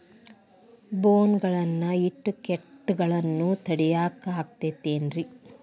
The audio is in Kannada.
ಬೋನ್ ಗಳನ್ನ ಇಟ್ಟ ಕೇಟಗಳನ್ನು ತಡಿಯಾಕ್ ಆಕ್ಕೇತೇನ್ರಿ?